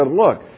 look